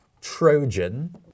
Trojan